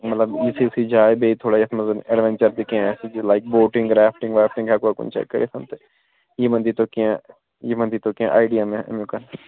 مطلب یُتھٕے یُتھٕے جاے بیٚیہِ تھوڑا یَتھ منٛز اٮ۪ڈوَنچَر تہِ کیٚنہہ آسہِ أتی لَگہِ بوٹِنٛگ رافٹِنٛگ ہٮ۪کَو کُنہِ جایہِ کٔرِتھ تہٕ یِمَن دیٖتو کیٚنہہ یِمَن دیٖتو کیٚنہہ آیڈِیا مےٚ اَمیُک